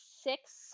six